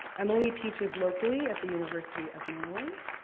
emily teaches locally at the university of maryland.